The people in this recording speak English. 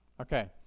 Okay